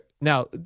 Now